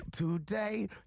Today